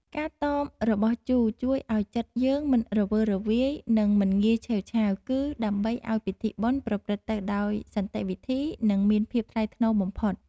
ការតមរបស់ជូរជួយឱ្យចិត្តយើងមិនរវើរវាយនិងមិនងាយឆេវឆាវ គឺ ដើម្បីឱ្យពិធីបុណ្យប្រព្រឹត្តទៅដោយសន្តិវិធីនិងមានភាពថ្លៃថ្នូរបំផុត។